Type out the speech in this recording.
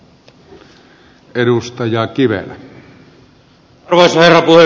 arvoisa herra puhemies